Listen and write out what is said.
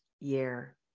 year